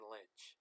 Lynch